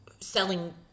selling